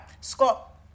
Scott